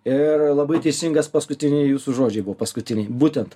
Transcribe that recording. ir labai teisingas paskutiniai jūsų žodžiai buvo paskutiniai būtent